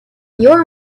your